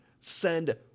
Send